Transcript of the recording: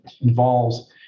involves